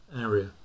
area